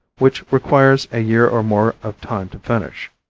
which requires a year or more of time to finish.